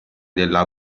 della